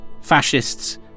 fascists